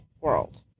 world